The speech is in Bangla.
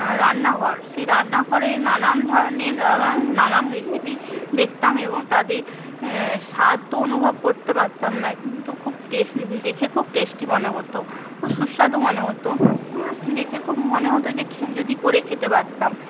রান্নাঘর সেই রান্নাঘরে নানা ধরনের নানা নানা রেসিপি দেখতাম এবং তাদের স্বাদ তো অনুভব করতে পারতাম না কিন্তু খুব টে দেখে খুব টেস্টি মনে হত খুব সুস্বাদু মনে হত দেখে খুব মনে হত যে যদি করে খেতে পারতাম